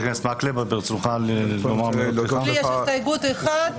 יש לי הסתייגות אחת,